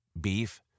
beef